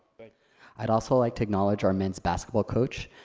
but i'd also like to acknowledge our men's basketball coach,